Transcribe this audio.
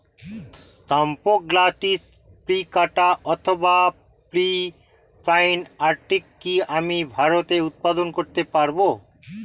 Spathoglottis plicata অথবা Philippine orchid কি আমি ভারতে উৎপাদন করতে পারবো?